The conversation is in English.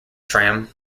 tram